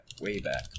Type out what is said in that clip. Wayback